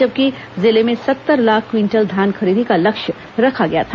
जबकि जिले में सत्तर लाख क्विंटल धान खरीदी का लक्ष्य रखा गया था